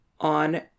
on